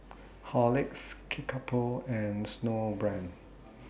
Horlicks Kickapoo and Snowbrand